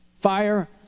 Fire